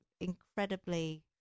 incredibly